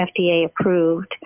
FDA-approved